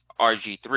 RG3